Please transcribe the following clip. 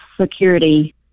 Security